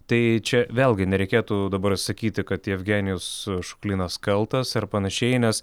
tai čia vėlgi nereikėtų dabar sakyti kad jevgenijus šuklinas kaltas ar panašiai nes